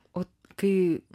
o kai